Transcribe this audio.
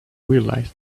realized